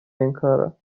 اینکارا